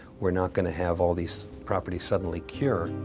we're not going to have all these properties suddenly cure